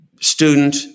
student